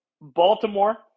Baltimore